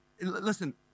Listen